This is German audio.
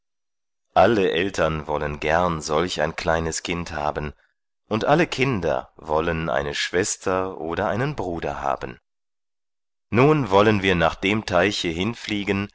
alle eltern wollen gern solch ein kleines kind haben und alle kinder wollen eine schwester oder einen bruder haben nun wollen wir nach dem teiche hinfliegen